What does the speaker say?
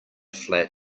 flat